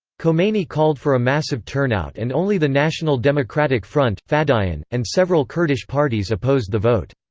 khomeini called for a massive turnout and only the national democratic front, fadayan, and several kurdish parties opposed the vote.